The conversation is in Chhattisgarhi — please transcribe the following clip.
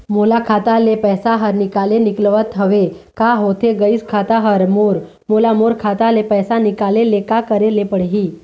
मोर खाता ले पैसा हर निकाले निकलत हवे, का होथे गइस खाता हर मोर, मोला मोर खाता ले पैसा निकाले ले का करे ले पड़ही?